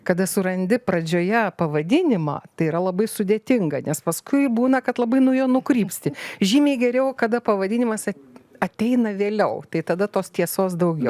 kada surandi pradžioje pavadinimą tai yra labai sudėtinga nes paskui būna kad labai nuo jo nukrypsti žymiai geriau kada pavadinimas at ateina vėliau tai tada tos tiesos daugiau